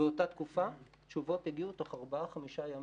באותה תקופה התשובות הגיעו תוך ארבע-חמישה ימים.